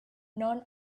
none